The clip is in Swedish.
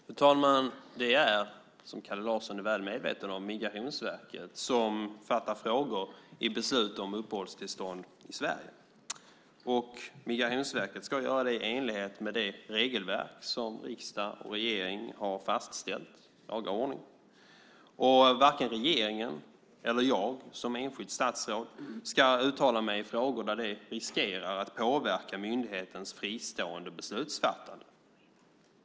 Fru talman! Det är, vilket Kalle Larsson är väl medveten om, Migrationsverket som fattar beslut i frågor om uppehållstillstånd i Sverige. Migrationsverket ska göra det i enlighet med det regelverk som riksdag och regering har fastställt i laga ordning. Varken regeringen eller jag som enskilt statsråd ska uttala oss i frågor där det finns risk för att myndighetens fristående beslutsfattande påverkas.